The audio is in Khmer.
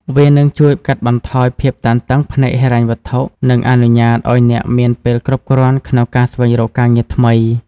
វានឹងជួយកាត់បន្ថយភាពតានតឹងផ្នែកហិរញ្ញវត្ថុ និងអនុញ្ញាតឲ្យអ្នកមានពេលគ្រប់គ្រាន់ក្នុងការស្វែងរកការងារថ្មី។